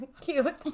cute